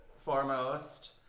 foremost